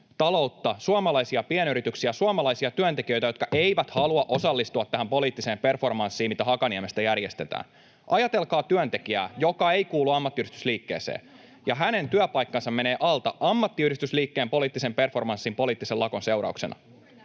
taloutta, suomalaisia pienyrityksiä, suomalaisia työntekijöitä, jotka eivät halua osallistua tähän poliittiseen performanssiin, mitä Hakaniemestä järjestetään. Ajatelkaa työntekijää, joka ei kuulu ammattiyhdistysliikkeeseen, kun hänen työpaikkansa menee alta ammattiyhdistysliikkeen poliittisen performanssin, poliittisen lakon, seurauksena.